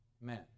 men